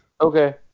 Okay